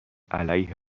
علیه